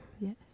yes